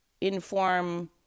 inform